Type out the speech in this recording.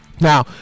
Now